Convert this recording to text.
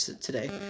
today